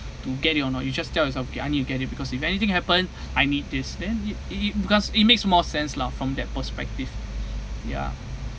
to get it or not you just tell yourself okay I need to get it because if anything happen I need this then it it it because it makes more sense lah from that perspective ya